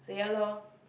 so ya lor